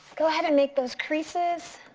go ahead and make those creases